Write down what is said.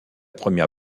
première